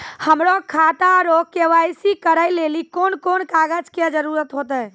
हमरो खाता रो के.वाई.सी करै लेली कोन कोन कागज के जरुरत होतै?